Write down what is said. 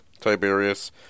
Tiberius